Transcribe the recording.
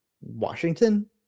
Washington